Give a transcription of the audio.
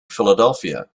philadelphia